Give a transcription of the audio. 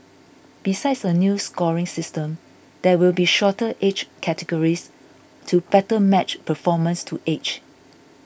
besides a new scoring system there will be shorter age categories to better match performance to age